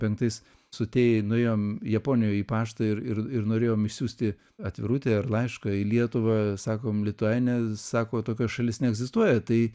penktais su tėja nuėjom japonijoj į paštą ir ir ir norėjom išsiųsti atvirutę ar laišką į lietuvą sakom lituainia sako tokios šalis neegzistuoja tai